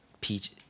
Peach